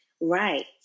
right